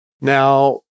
Now